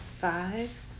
Five